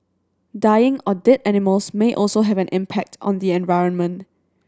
dying or dead animals may also have an impact on the environment